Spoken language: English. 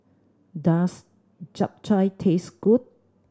does Japchae taste good